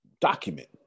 document